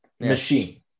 machine